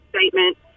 statement